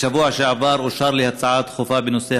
בשבוע שעבר אושרה לי הצעה דחופה בנושא: